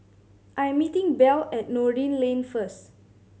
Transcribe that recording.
I am meeting Belle at Noordin Lane first